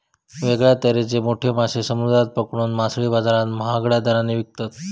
वेगळ्या तरेचे मोठे मासे समुद्रात पकडून मासळी बाजारात महागड्या दराने विकतत